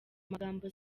magambo